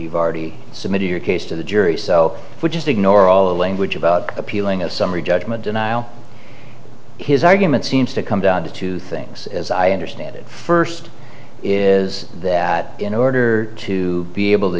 you've already submitted your case to the jury so just ignore all of language about appealing a summary judgment denial his argument seems to come down to two things as i understand it first is that in order to be able to